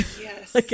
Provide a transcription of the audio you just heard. yes